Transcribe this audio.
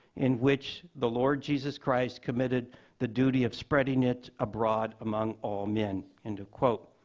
in which the lord, jesus christ, committed the duty of spreading it abroad among all men. end of quote.